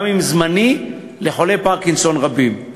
גם אם זמני, לחולי פרקינסון רבים.